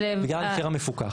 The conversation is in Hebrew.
בגלל המחיר המפוקח.